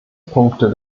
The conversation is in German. punkte